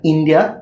India